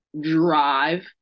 drive